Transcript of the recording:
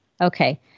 Okay